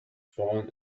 fallen